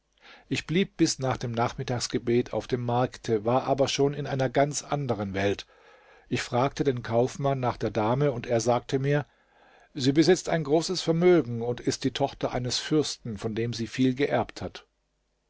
ich blieb bis nach dem nachmittagsgebet auf dem markte war aber schon in einer ganz anderen welt ich fragte den kaufmann nach der dame und er sagte mir sie besitzt ein großes vermögen und ist die tochter eines fürsten von dem sie viel geerbt hat